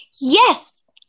Yes